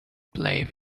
play